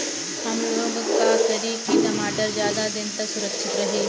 हमलोग का करी की टमाटर ज्यादा दिन तक सुरक्षित रही?